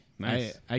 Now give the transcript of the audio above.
Nice